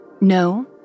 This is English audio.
No